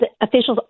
officials